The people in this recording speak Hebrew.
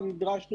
הנרטיב